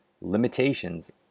limitations